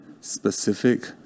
specific